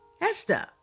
Esther